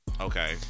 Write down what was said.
Okay